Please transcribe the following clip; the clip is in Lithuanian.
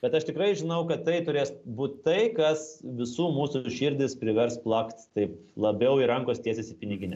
bet aš tikrai žinau kad tai turės būt tai kas visų mūsų širdis privers plakt taip labiau jei rankos tiesis į piniginę